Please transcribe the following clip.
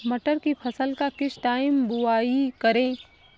मटर की फसल का किस टाइम बुवाई करें?